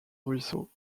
ruisseau